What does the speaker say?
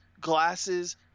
glasses